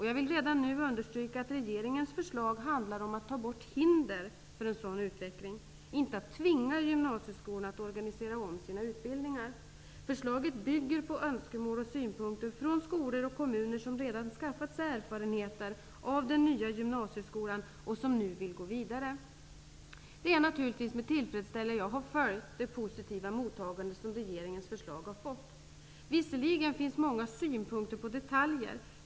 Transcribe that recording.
Jag vill redan nu understryka att regeringens förslag handlar om att ta bort hinder för en sådan utveckling, inte att tvinga gymnasieskolorna att organisera om sina utbildningar. Förslaget bygger på önskemål och synpunkter från skolor och kommuner som redan skaffat sig erfarenheter av den nya gymnasieskolan och som nu vill gå vidare. Det är naturligtvis med tillfredsställelse jag har följt det positiva mottagande som regeringens förslag har fått. Visserligen finns många synpunkter på detaljer.